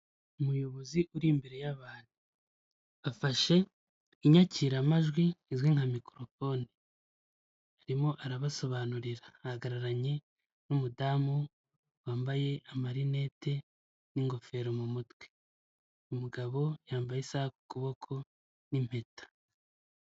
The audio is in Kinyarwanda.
Umuyobozi uri imbere y'abantu. afashe inyakiramajwi izwi nka mikorofone, arimo arabasobanurira, ahagararanye n'umudamu wambaye amarinete n'ingofero mu mutwe. Umugabo yambaye isaha ku kuboko n'impeta.